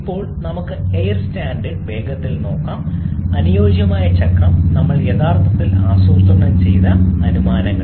ഇപ്പോൾ നമുക്ക് air standard വേഗത്തിൽ നോക്കാം അനുയോജ്യമായ ചക്രം നമ്മൾ യഥാർത്ഥത്തിൽ ആസൂത്രണം ചെയ്ത അനുമാനങ്ങൾ